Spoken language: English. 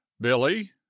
billy